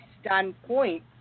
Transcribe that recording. standpoint